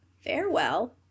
FAREWELL